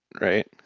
right